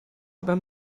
beim